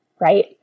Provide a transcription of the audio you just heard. right